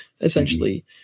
essentially